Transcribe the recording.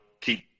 keep